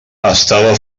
estava